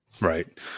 Right